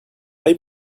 they